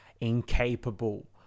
incapable